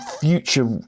future